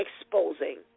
exposing